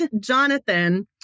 Jonathan